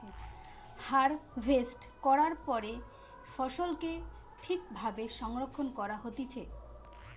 harvest করার পরে ফসলকে ঠিক ভাবে সংরক্ষণ করা হতিছে